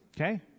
okay